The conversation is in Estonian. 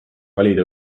valida